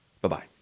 Bye-bye